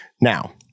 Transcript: Now